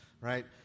right